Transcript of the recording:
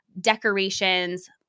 decorations